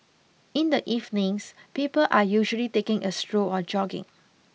in the evenings people are usually taking a stroll or jogging